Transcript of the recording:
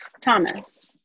Thomas